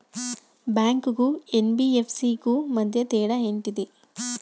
Bank కు NBFC కు మధ్య తేడా ఏమిటి?